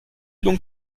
donc